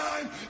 time